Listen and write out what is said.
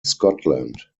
scotland